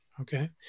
Okay